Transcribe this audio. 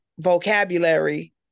vocabulary